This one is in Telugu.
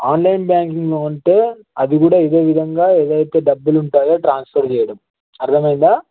ఆన్లైన్ బ్యాంకింగ్లో అంటే అది కూడా ఇదేవిధంగా ఎలా అయితే డబ్బులు ఉంటాయో ట్రాన్స్ఫర్ చేయడం అర్థమైందా